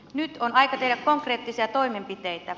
nyt on aika tehdä konkreettisia toimenpiteitä